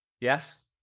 Yes